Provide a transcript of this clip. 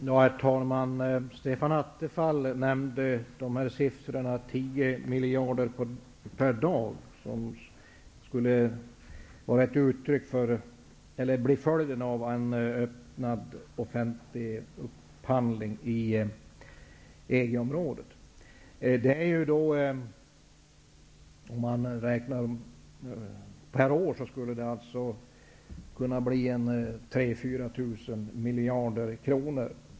Herr talman! Stefan Attefall nämnde siffran 10 miljarder per dag. Beställningar för det beloppet skulle bli följden av en öppnad offentlig upphandling i EES-området. På ett år skulle det kunna bli 3 000--4 000 miljarder kronor.